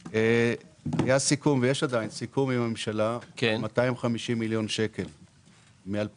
היה סיכום ויש עדיין סיכום עם הממשלה 250 מיליון שקל מ-2017.